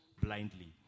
blindly